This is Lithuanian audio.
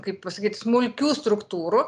kaip pasakyt smulkių struktūrų